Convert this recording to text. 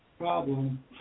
Problem